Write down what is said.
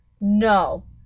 no